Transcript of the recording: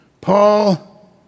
Paul